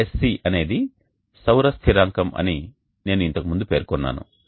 LSC అనేది "సౌర స్థిరాంకం" అని నేను ఇంతకు ముందు పేర్కొన్నాను